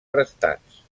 prestats